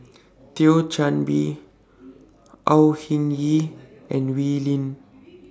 Thio Chan Bee Au Hing Yee and Wee Lin